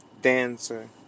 dancer